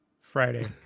Friday